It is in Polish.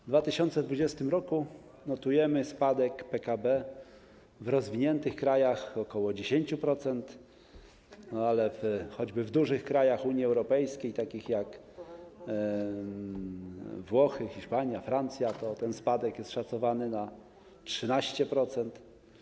W 2020 r. notujemy spadek PKB w rozwiniętych krajach o ok. 10%, a w dużych krajach Unii Europejskiej, takich jak Włochy, Hiszpania czy Francja, ten spadek jest szacowany na 13%.